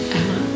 Emma